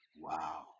Wow